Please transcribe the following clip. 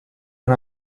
can